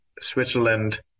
Switzerland